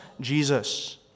Jesus